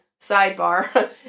sidebar